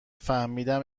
فهمیدیم